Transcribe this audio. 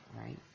right